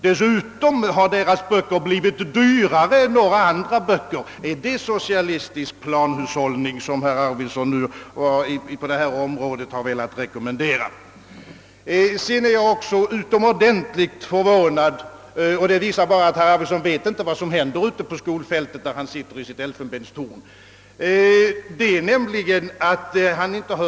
Dessutom har dess böcker blivit dyrare än åtskilliga andra böcker. Är det en sådan socialistisk planhushållning, som herr Arvidson vill rekommendera på detta område? Jag är utomordentligt förvånad över att herr Arvidson inte har hört talas om att lärare klagat över att de inte har fått den materiel de behöver.